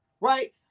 Right